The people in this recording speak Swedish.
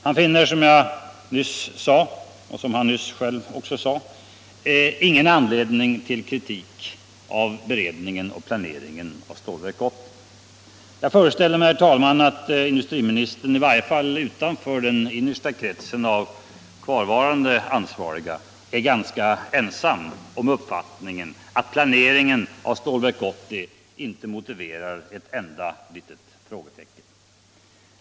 Han finner, som jag nyss sade och som han själv också nyss sade, ”ingen anledning till kritik av beredningen och planeringen av Stålverk 80”. Jag föreställer mig, herr talman, att industriministern i varje fall utanför den innersta kretsen av kvarvarande ansvariga är ganska ensam om uppfattningen att planeringen av Stålverk 80 inte motiverar ett enda litet frågetecken.